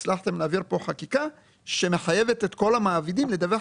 הצלחתם להעביר פה חקיקה שמחייבת את כל המעבידים לדווח